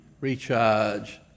recharge